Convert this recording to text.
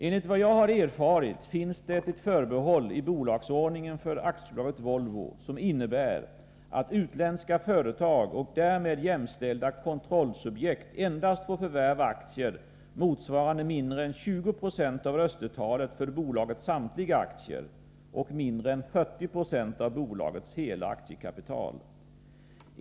Enligt vad jag har erfarit finns det ett förbehåll i bolagsordningen för AB Volvo, som innebär att utländska företag och därmed jämställda kontrollsubjekt endast får förvärva aktier motsvarande mindre än 20 96 av röstetalet för bolagets samtliga aktier och mindre än 40 96 av bolagets hela aktiekapital.